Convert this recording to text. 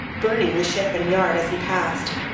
burning the ship and yard as he passed,